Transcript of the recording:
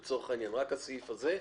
רק הסעיף הזה,